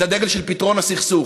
את הדגל של פתרון הסכסוך,